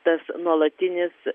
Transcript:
tas nuolatinis